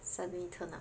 suddenly turn up